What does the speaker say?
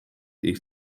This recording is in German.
ich